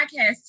podcast